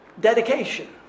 dedication